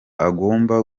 agomba